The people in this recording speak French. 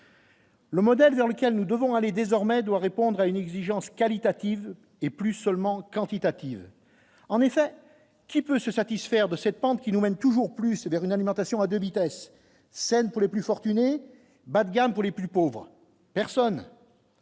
Le modèle sur lequel nous devons aller désormais doit répondre à une exigence qualitative et plus seulement quantitative, en effet, qui peut se satisfaire de cette pente qui nous-même. Toujours plus, c'est-à-dire une alimentation à des vitesses saine pour les plus fortunés, bas de gamme pour les plus pauvres personnes.